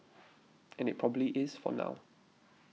and it probably is for now